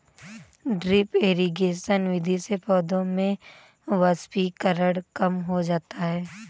drip irrigation विधि से पौधों में वाष्पीकरण कम हो जाता है